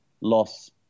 loss